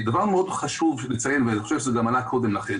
דבר מאוד חשוב לציין ואני חושב שזה גם עלה קודם לכן.